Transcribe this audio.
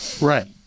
Right